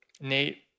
Nate